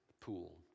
pool